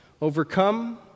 overcome